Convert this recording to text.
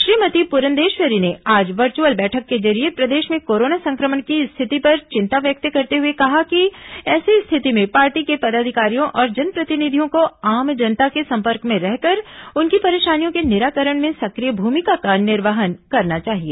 श्रीमती पुरंदेश्वरी ने आज वर्चुअल बैठक के जरिये प्रदेश में कोरोना संक्रमण की स्थिति पर चिंता व्यक्त करते हुए कहा कि ऐसे स्थिति में पार्टी के पदाधिकारियों और जनप्रतिनिधियों को आम जनता के संपर्क में रहकर उनकी परेशानियों के निराकरण में सक्रिय भूमिका का निर्वहन करना चाहिए